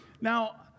Now